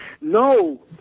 No